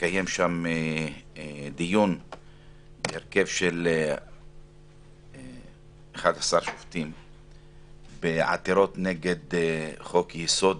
מתקיים שם עכשיו דיון בהרכב של 11 שופטים בעתירות נגד חוק יסוד: